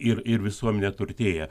ir ir visuomenė turtėja